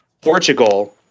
Portugal